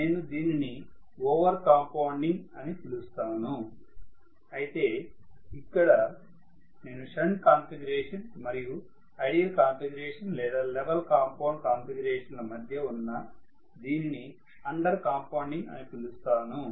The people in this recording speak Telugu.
కాబట్టి నేను దీనిని ఓవర్ కాంపౌండింగ్ అని పిలుస్తాను అయితే ఇక్కడ నేను షంట్ కాన్ఫిగరేషన్ మరియు ఐడియల్ కాన్ఫిగరేషన్ లేదా లెవెల్ కాంపౌండ్డ్ కాన్ఫిగరేషన్ మధ్య ఉన్న దీనిని అండర్ కాంపౌండింగ్ అని పిలుస్తాము